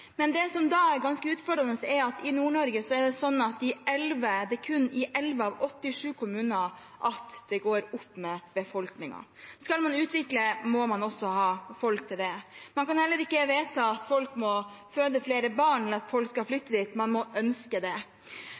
Men det som er ganske utfordrende, er at i Nord-Norge er det kun i 11 av 87 kommuner befolkningen øker. Skal man utvikle, må man også ha folk til det. Man kan heller ikke vedta at folk skal føde flere barn, eller at folk skal flytte dit. Man må ønske det.